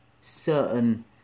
certain